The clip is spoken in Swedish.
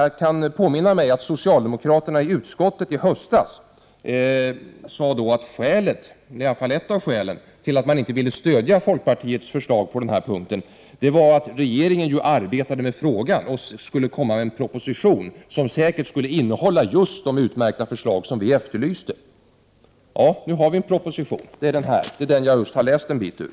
Jag kan påminna mig att socialdemokraterna i utskottet i höstas sade att ett av skälen till att mån inte ville stödja folkpartiets förslag på denna punkt var att regeringen arbetade med frågan och skulle komma med en proposition, som säkert skulle innehålla just de utmärkta förslag vi efterlyste. Nu har vi en proposition. Det är den jag just 91 harläst en bit ur.